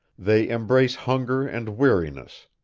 they embrace hunger and weariness,